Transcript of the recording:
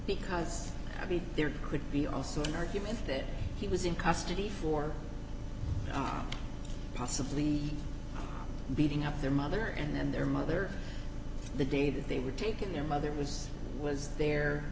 because i mean there could be also an argument that he was in custody for not possibly beating up their mother and then their mother the day that they were taken their mother was was there